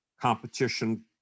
competition